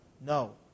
No